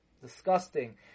disgusting